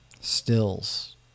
Stills